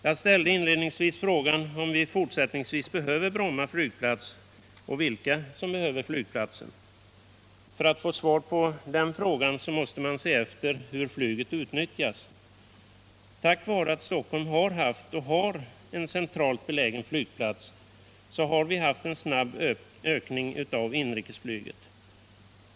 Jag ställde inledningsvis frågan, om vi i fortsättningen behöver Bromma flygplats och vilka som behöver flygplatsen. För att kunna besvara den frågan måste man först se efter hur flyget utnyttjas. Tack vare att Stockholm har haft och har en centralt belägen flygplats har vi fått en snabb ökning av inrikesflyget.